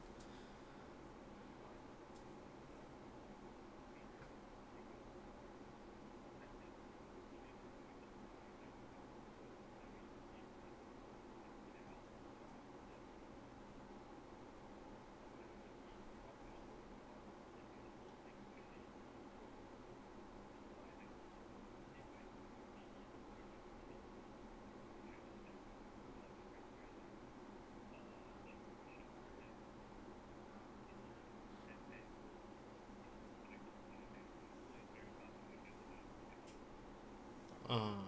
(uh huh)